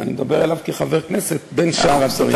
אני פעם חשבתי שממקום מסוים אין ילדים,